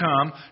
come